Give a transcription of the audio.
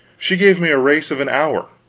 she gave me a race of an hour,